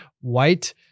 white